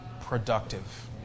productive